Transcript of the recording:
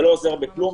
זה לא עוזר בכלל.